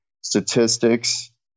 statistics